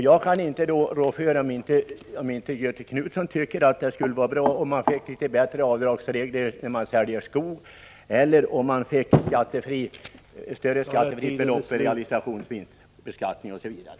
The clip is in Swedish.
Jag kan inte rå för att inte Göthe Knutson tycker det skulle vara bra om man fick litet bättre avdragsregler vid försäljning av skog och ett större skattefritt belopp vid beräkning av realisationsvinst, osv.